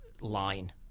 line